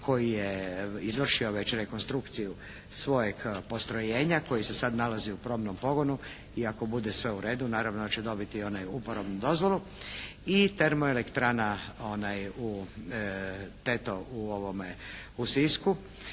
koji je izvršio već rekonstrukciju svojeg postrojenja koji se sad nalazi u probnom pogonu i ako bude sve u redu naravno da će dobiti i uporabnu dozvolu. I termoelektrana u, u Sisku